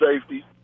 safety